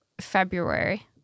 February